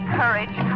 courage